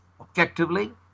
objectively